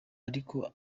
ariko